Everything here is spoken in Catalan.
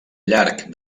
llarg